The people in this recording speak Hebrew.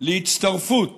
להצטרפות